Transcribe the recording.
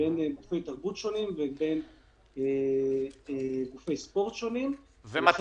בין גופי תרבות שונים וגופי ספורט שונים --- איליה,